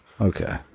okay